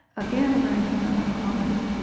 again a very human-like quality.